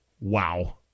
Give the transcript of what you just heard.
Wow